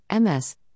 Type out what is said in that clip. MS